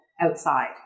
outside